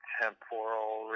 temporal